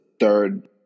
third